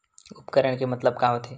उपकरण के मतलब का होथे?